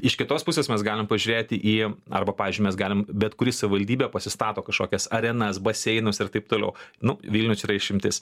iš kitos pusės mes galim pažiūrėti į arba pavyzdžiui mes galim bet kuri savivaldybė pasistato kažkokias arenas baseinus ir taip toliau nu vilnius yra išimtis